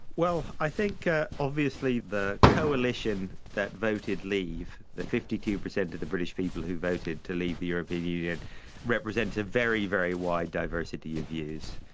well, i think obviously the coalition that voted leave, the fifty two percent of the british people who voted to leave the european union represent a very, very wide diversity of views.